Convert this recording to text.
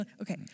Okay